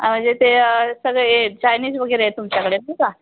हां मंजे ते सगळे चायनीज वगैरे आहे तुमच्याकडे नाही का